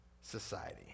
society